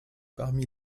parmi